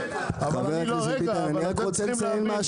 אבל אתם צריכים להבין.